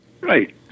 Right